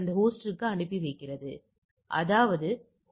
05 க்கான நிகழ்தகவுக்காக நான் 5